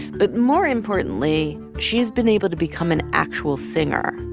but more importantly, she's been able to become an actual singer.